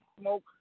smoke